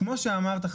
כפי שאמרת,